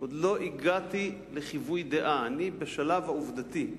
עוד לא הגעתי לחיווי דעה, אני בשלב העובדתי.